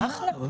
אחלה.